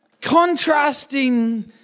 contrasting